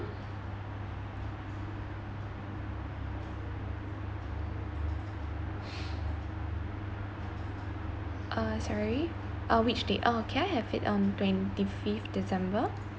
uh sorry uh which date oh can have it on twenty fifth december